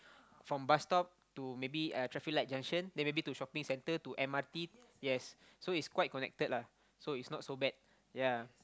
from bus stop to maybe uh traffic light junction then maybe to shopping centre to m_r_t yes so it's quite connected lah so it's no so bad ya